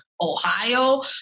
Ohio